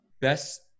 Best